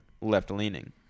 left-leaning